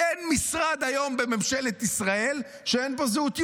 אין משרד היום בממשלת ישראל שאין בו זהות יהודית.